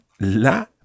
la